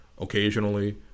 occasionally